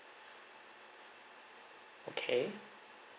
okay